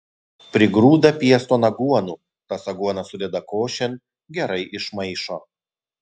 prigrūda pieston aguonų tas aguonas sudeda košėn gerai išmaišo